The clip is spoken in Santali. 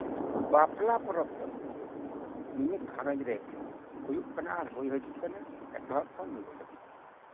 ᱵᱟᱯᱞᱟ ᱯᱚᱨᱚᱵᱽ ᱫᱚ ᱢᱤᱢᱤᱫ ᱜᱷᱟᱨᱚᱸᱧᱡᱽᱨᱮ ᱦᱩᱭᱩᱜ ᱠᱟᱱᱟ ᱦᱩᱭ ᱦᱤᱡᱩᱜ ᱠᱟᱱᱟ ᱮᱛᱚᱦᱚᱵ ᱠᱷᱚᱱ ᱱᱤᱛ ᱦᱟᱹᱵᱤᱡ